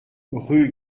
rue